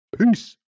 Peace